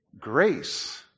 grace